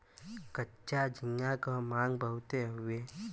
कच्चा झींगा क मांग बहुत हउवे